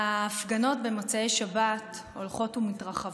ההפגנות במוצאי שבת הולכות ומתרחבות,